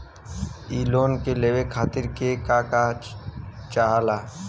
इ लोन के लेवे खातीर के का का चाहा ला?